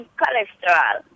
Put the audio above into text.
cholesterol